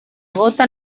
gota